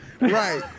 Right